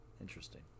Interesting